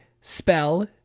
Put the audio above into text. spell